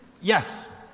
Yes